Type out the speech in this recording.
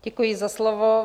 Děkuji za slovo.